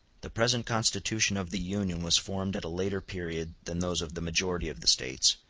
the present constitution of the union was formed at a later period than those of the majority of the states,